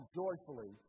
joyfully